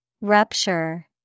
Rupture